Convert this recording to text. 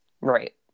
Right